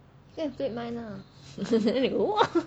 you go have great mind lah then they !wah!